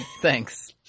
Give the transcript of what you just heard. Thanks